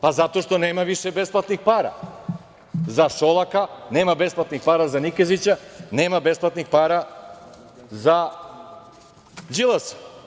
Pa, zato što nema više besplatnih para za Šolaka nema besplatnih para, za Nikezića nema besplatnih para, za Đilasa.